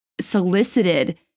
solicited